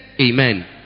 Amen